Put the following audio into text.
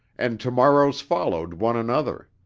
and tomorrows followed one another.